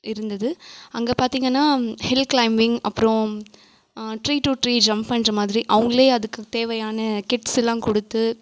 இருந்தது அங்கே பார்த்திங்கன்னா ஹில் கிளைம்பிங் அப்புறம் ட்ரீ டூ ட்ரீ ஜம்ப் பண்ணுற மாதிரி அவங்களே அதுக்கு தேவையான கிட்ஸுயெலாம் கொடுத்து